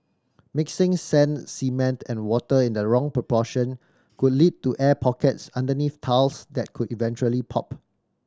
mixing sand cement and water in the wrong proportion could lead to air pockets underneath tiles that could eventually pop